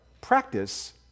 practice